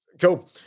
Cool